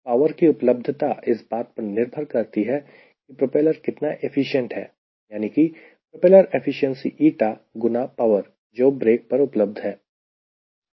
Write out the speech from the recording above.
power की उपलब्धता इस बात पर निर्भर करती है कि प्रोपेलर कितना एफिशिएंट है यानी कि प्रोपेलर एफिशिएंसी eta गुना पावर जो ब्रेक पर उपलब्ध है